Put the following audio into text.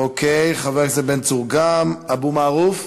עבודה ורווחה.